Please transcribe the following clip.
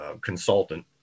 consultant